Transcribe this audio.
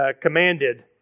commanded